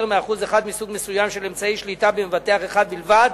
מ-1% מסוג מסוים של אמצעי שליטה במבטח אחד בלבד